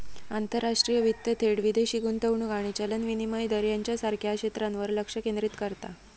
आंतरराष्ट्रीय वित्त थेट विदेशी गुंतवणूक आणि चलन विनिमय दर ह्येच्यासारख्या क्षेत्रांवर लक्ष केंद्रित करता